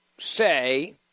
Say